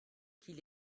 qu’il